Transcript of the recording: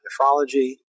nephrology